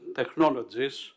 technologies